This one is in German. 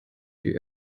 die